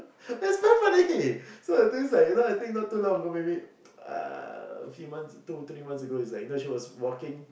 is very funny so the thing is like you know I think not too long ago maybe uh a few months two three months ago it's like you know she was walking